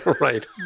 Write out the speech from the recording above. Right